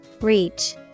Reach